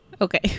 Okay